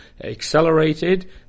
accelerated